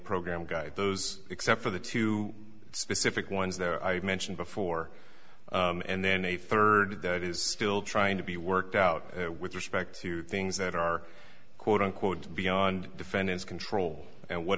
program guide those except for the two specific ones that i mentioned before and then a third that is still trying to be worked out with respect to things that are quote unquote beyond defendants control and what